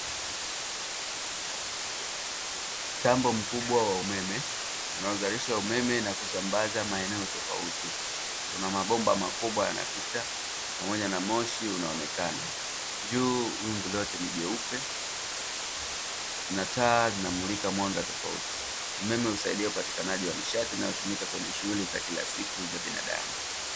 Mtambo mkubwa wa umeme unaozalisha umeme na kusambaza maeneo tofauti, una mabomba makubwa yanapita pamoja na moshi unaonekana. Juu wingu lote ni jeupe na taa zinamulika mwanga tofauti. Umeme husaidia upatikanaji wa nishati inayotumika kwenye shughuli za kila siku za binadamu.